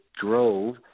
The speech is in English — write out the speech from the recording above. drove